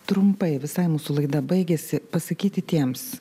trumpai visai mūsų laida baigiasi pasakyti tiems